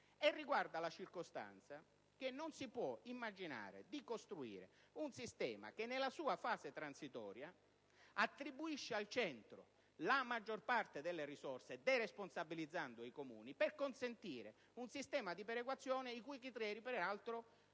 e riguarda la circostanza che non si può immaginare di costruire un sistema che nella sua fase transitoria attribuisce al centro la maggior parte delle risorse, deresponsabilizzando i Comuni, per consentire una perequazione i cui criteri non sono